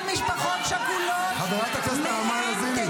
משפחות שכולות תצא האמת לאמיתה ----- חברת הכנסת נעמה לזימי,